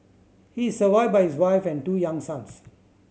he is survived by his wife and two young sons